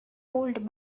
old